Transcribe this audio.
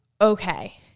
okay